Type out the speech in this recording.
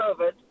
COVID